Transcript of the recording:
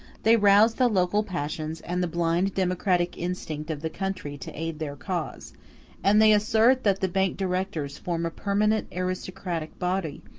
they rouse the local passions and the blind democratic instinct of the country to aid their cause and they assert that the bank directors form a permanent aristocratic body,